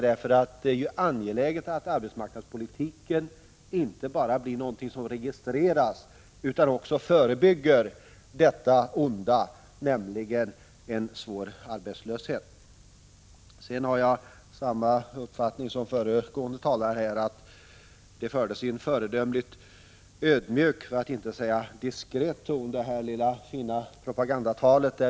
Det är ju angeläget att arbetsmarknadspolitiken inte bara blir något som registreras utan också förebygger det onda som arbetslöshet innebär. Sedan har jag samma uppfattning som föregående talare att det hölls i en föredömligt ödmjuk för att inte säga diskret ton, detta lilla fina propagandatal.